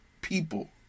people